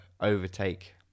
overtake